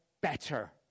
better